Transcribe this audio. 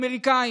אמריקאים.